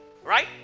Right